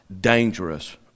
dangerous